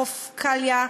חוף קליה,